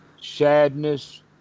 sadness